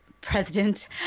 president